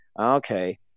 okay